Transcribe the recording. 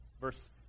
Verse